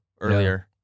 earlier